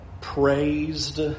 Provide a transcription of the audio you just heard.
praised